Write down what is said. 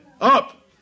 Up